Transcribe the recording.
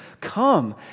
Come